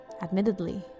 admittedly